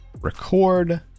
record